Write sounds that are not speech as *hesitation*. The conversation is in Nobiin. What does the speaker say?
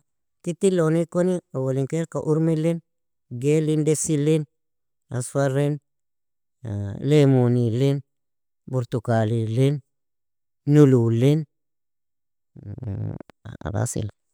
kittin loni koni, owlin kailka urmilin, gailin, desilin, asfarin, lemunilin, burtukalilin, nululin, *hesitation* khalasili.